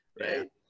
right